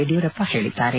ಯಡಿಯೂರಪ್ಪ ಹೇಳಿದ್ದಾರೆ